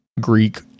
Greek